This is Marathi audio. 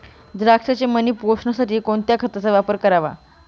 द्राक्षाचे मणी पोसण्यासाठी कोणत्या खताचा वापर करावा?